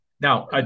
now